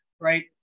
right